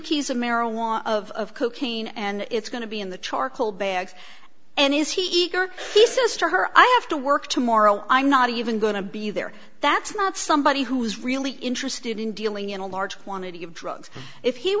keys of marijuana of cocaine and it's going to be in the charcoal bag and is he eager he says to her i have to work tomorrow i'm not even going to be there that's not somebody who's really interested in dealing in a large quantity of drugs if he